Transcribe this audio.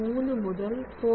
3 മുതൽ 0